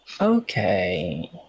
Okay